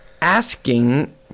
asking